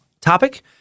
topic